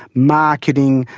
marketing.